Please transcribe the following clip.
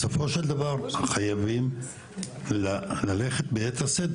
בסופו של דבר חייבים ללכת ביתר שאת,